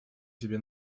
себе